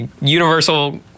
Universal